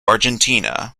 argentina